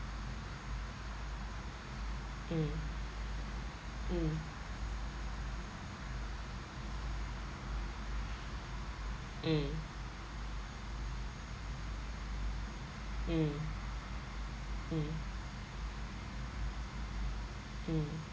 mm mm mm mm mm mm